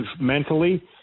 mentally